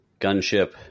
Gunship